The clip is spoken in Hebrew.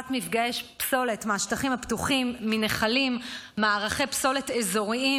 מפגעי פסולת מהשטחים הפתוחים ומנחלים למערכי פסולת אזוריים,